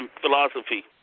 philosophy